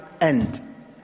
end